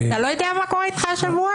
אתה לא יודע מה קורה איתך השבוע?